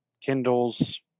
Kindles